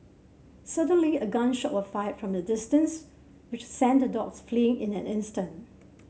suddenly a gun shot was fired from the distance which sent the dogs fleeing in an instant